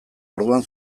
orduan